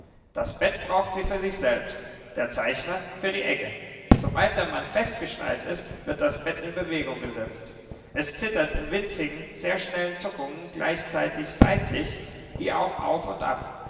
das bett braucht sie für sich selbst der zeichner für die egge sobald der mann festgeschnallt ist wird das bett in bewegung gesetzt es zittert in winzigen sehr schnellen zuckungen gleichzeitig seitlich wie auch auf und ab